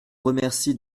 remercie